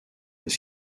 des